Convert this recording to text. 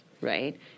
right